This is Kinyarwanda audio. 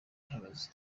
ihagaze